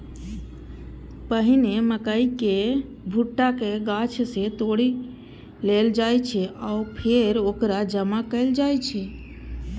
पहिने मकइ केर भुट्टा कें गाछ सं तोड़ि लेल जाइ छै आ फेर ओकरा जमा कैल जाइ छै